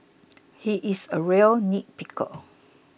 he is a real nitpicker